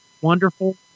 wonderful